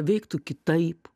veiktų kitaip